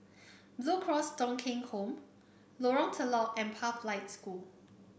Blue Cross Thong Kheng Home Lorong Telok and Pathlight School